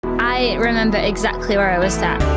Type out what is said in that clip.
i remember exactly where i was sat